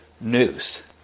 news